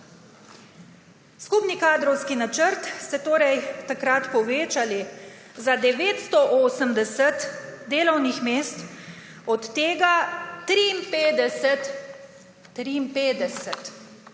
Skupni kadrovski načrt ste torej takrat povečali za 980 delovnih mest, od tega 53